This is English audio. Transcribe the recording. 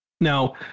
Now